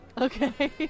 Okay